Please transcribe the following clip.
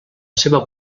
seva